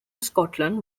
scotland